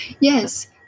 Yes